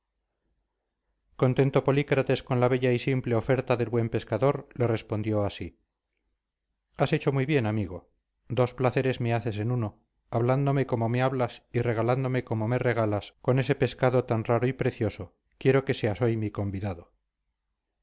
contento polícrates con la bella y simple oferta del buen pescador le respondió así has hecho muy bien amigo dos placeres me haces en uno hablándome como me hablas y regalándome como me regalas con ese pescado tan raro y precioso quiero que seas hoy mi convidado